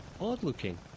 Odd-looking